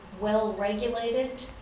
well-regulated